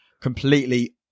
completely